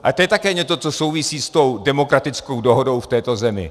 Ale to je také něco, co souvisí s tou demokratickou dohodou v této zemi.